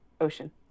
Ocean